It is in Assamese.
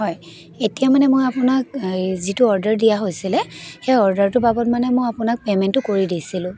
হয় এতিয়া মানে মই আপোনাক এই যিটো অৰ্ডাৰ দিয়া হৈছিলে সেই অৰ্ডাৰটোৰ বাবদ মানে মই আপোনাক পে'মেণ্টটো কৰি দিছিলোঁ